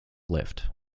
lift